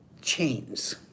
Chains